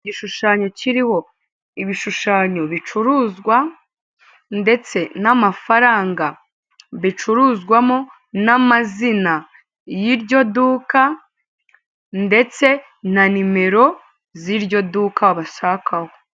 Igishushanyo kiriho ibishushanyo bicuruzwa ndetse n'amafaranga bicuruzwamo n'amazina y'iryo duka ndetse na nimero z'iryo duka wabashakaho.